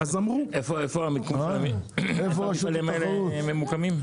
איפה המפעלים האלה ממוקמים?